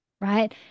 right